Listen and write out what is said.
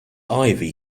ivy